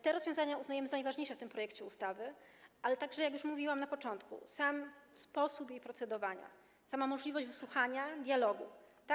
Te rozwiązania uznajemy za najważniejsze w tym projekcie ustawy, ale także - jak już mówiłam na początku - sam sposób procedowania jest ważny, sama możliwość wysłuchania dialogu jest ważna.